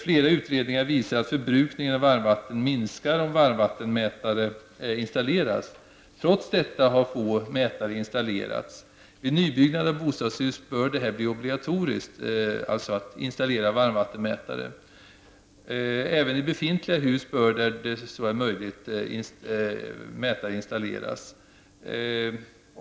Flera utredningar visar att förbrukningen av varmvatten minskar om varmvattenmätare installeras. Trots detta har få mätare installerats. Vid nybyggnad av bostadshus bör det bli obligatoriskt att installera varmvattenmätare. Även i befintliga hus bör, där så är möjligt, mätare installeras.